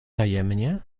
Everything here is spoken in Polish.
tajemnie